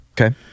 Okay